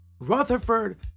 Rutherford